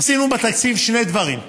עשינו בתקציב שני דברים.